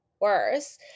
worse